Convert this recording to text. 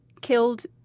killed